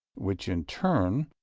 which, in turn,